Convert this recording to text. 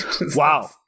wow